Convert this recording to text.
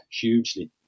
hugely